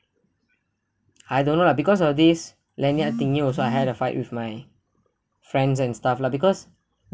I don't know lah because of this lanyard thingy also I had a fight with my friends and stuff lah because